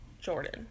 Jordan